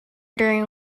during